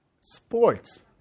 Sports